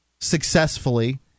successfully